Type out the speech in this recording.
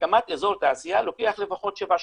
הקמת אזור תעשייה לוקח לפחות שבע שנים,